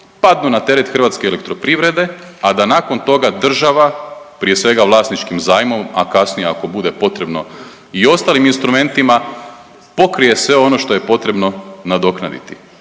padnu na teret HEP-a, a da nakon toga država, prije svega vlasničkim zajmom, a kasnije, ako bude potrebno i ostalim instrumentima pokrije sve ono što je potrebno nadoknaditi